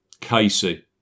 Casey